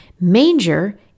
Manger